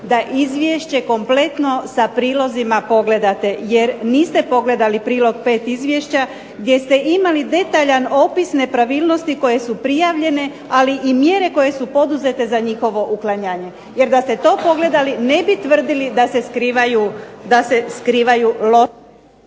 da izvješće kompletno sa prilozima pogledate, jer niste pogledati prilog V izvješća, gdje ste imali detaljan opis nepravilnosti koje su prijavljene, ali i mjere koje su poduzete za njihovo uklanjanje. Jer da ste to pogledali ne bi tvrdili da se skrivaju